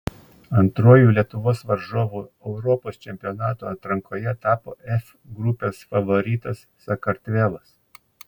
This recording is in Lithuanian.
antruoju lietuvos varžovu europos čempionato atrankoje tapo f grupės favoritas sakartvelas